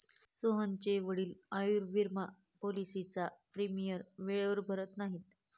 सोहनचे वडील आयुर्विमा पॉलिसीचा प्रीमियम वेळेवर भरत नाहीत